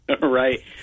Right